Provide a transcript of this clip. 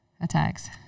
attacks